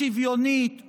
שוויונית,